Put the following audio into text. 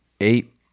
eight